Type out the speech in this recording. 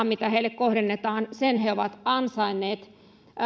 mitä heille kohdennetaan he ovat ansainneet